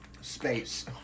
space